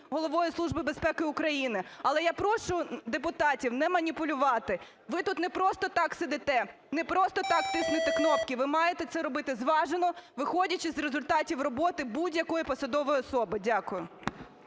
Головою Служби безпеки України. Але я прошу депутатів не маніпулювати. Ви тут не просто так сидите, не просто так тиснете кнопки, ви маєте це робити зважено, виходячи з результатів роботи будь-якої посадової особи. Дякую.